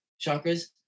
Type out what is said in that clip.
chakras